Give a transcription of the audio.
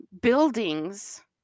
buildings